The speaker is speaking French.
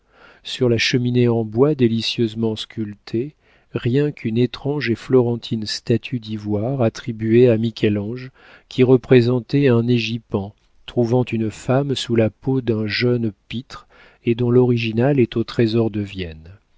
sur la cheminée en bois délicieusement sculptée rien qu'une étrange et florentine statue d'ivoire attribuée à michel-ange qui représentait un égipan trouvant une femme sous la peau d'un jeune pâtre et dont l'original est au trésor de vienne